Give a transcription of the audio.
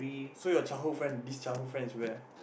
so your childhood friend this childhood friend is where